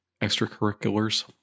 extracurriculars